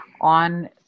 On